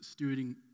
stewarding